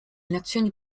nazioni